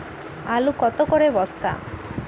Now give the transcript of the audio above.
আলু কত করে বস্তা?